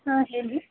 ಹಾಂ ಹೇಳಿ